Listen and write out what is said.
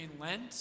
Lent